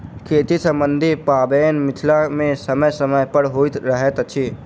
खेती सम्बन्धी पाबैन मिथिला मे समय समय पर होइत रहैत अछि